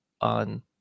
on